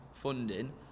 funding